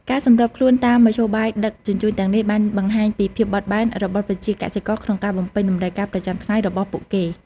ការសម្របខ្លួនតាមមធ្យោបាយដឹកជញ្ជូនទាំងនេះបានបង្ហាញពីភាពបត់បែនរបស់ប្រជាកសិករក្នុងការបំពេញតម្រូវការប្រចាំថ្ងៃរបស់ពួកគេ។